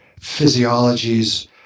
physiologies